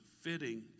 fitting